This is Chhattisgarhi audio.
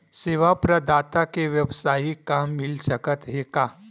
सेवा प्रदाता के वेवसायिक काम मिल सकत हे का?